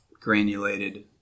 granulated